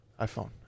iPhone